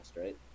right